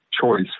choice